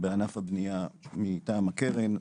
בענף הבנייה מטעם הקרן,